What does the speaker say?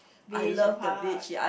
beach or park